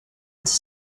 anti